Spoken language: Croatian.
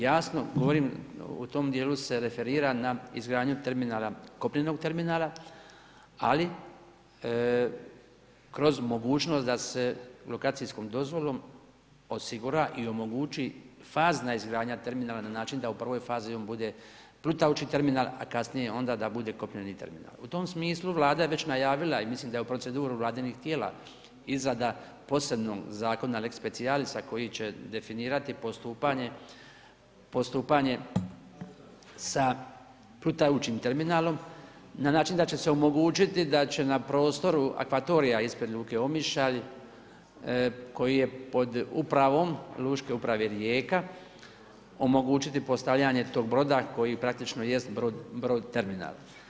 Jasno, govorim u tom dijelu se referiram na izgradnju terminala kopnenog terminala, ali kroz mogućnost da se lokacijskom dozvolom osigura i omogući fazna izgradnja terminala na način da u prvoj fazi on bude plutajući terminal, a kasnije onda da bude kopneni terminal. u tom smislu Vlada je već najavila i mislim da je u proceduri vladinih tijela izrada posebnog zakona lex specialisa koji će definirati postupanje sa plutajućim terminalom na način da će se omogućiti da će na prostoru akvatorija ispred Luke Omišalj koji je pod upravom Lučke uprave Rijeka, omogućiti postavljanje tog broda koji praktično jest brod terminal.